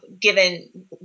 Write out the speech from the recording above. given